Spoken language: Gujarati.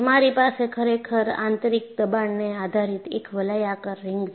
તમારી પાસે ખરેખર આંતરિક દબાણને આધારિત એક વલયાકાર રિંગ છે